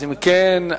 אם כן,